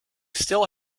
still